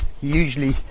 usually